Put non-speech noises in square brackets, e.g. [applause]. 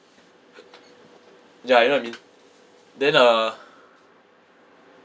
[noise] ya you know what I mean then uh